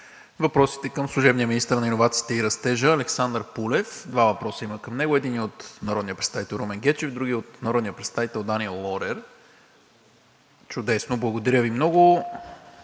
въпросите към служебния министър на иновациите и растежа Александър Пулев. Два въпроса има към него. Единият от народния представител Румен Гечев, другият е от народния представител Даниел Лорер. (Реплики от